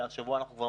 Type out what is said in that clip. והשבוע אנחנו כבר